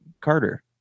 Carter